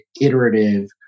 iterative